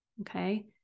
Okay